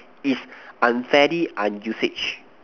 is unfairly unusage